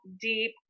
deep